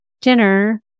dinner